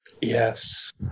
Yes